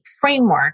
framework